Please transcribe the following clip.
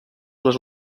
les